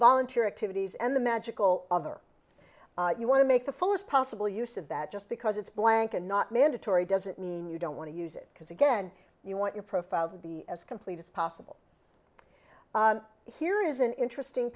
volunteer activities and the magical other you want to make the fullest possible use of that just because it's blank and not mandatory doesn't mean you don't want to use it because again you want your profile to be as complete as possible here is an interesting